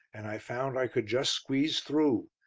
and i found i could just squeeze through.